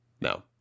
No